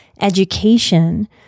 education